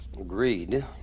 Agreed